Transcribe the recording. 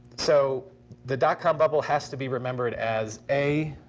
so the dot-com bubble has to be remembered as a,